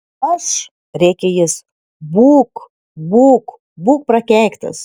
aš rėkė jis būk būk būk prakeiktas